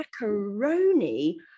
macaroni